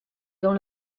dans